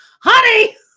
honey